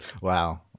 wow